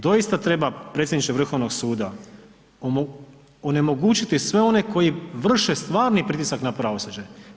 Doista treba predsjedniče Vrhovnog suda onemogućiti sve one koji vrše stvarni pritisak na pravosuđe.